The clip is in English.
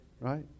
Right